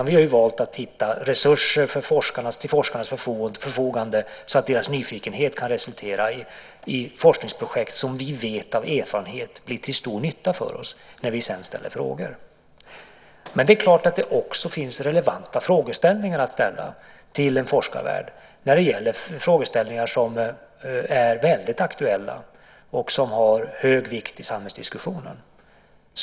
Vi har valt att ställa resurser till forskarnas förfogande så att deras nyfikenhet kan resultera i forskningsprojekt som vi av erfarenhet vet blir till stor nytta för oss när vi sedan ställer frågor. Men det är klart att det också finns relevanta frågor att ställa till forskarvärlden. Det kan gälla frågeställningar som är väldigt aktuella och som har stor vikt i samhällsdiskussionen.